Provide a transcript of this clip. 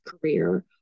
career